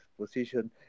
position